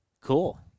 Cool